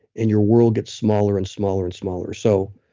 and your world gets smaller and smaller and smaller so,